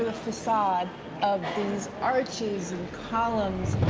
ah facade of these arches and columns.